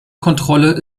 kontrolle